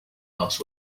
last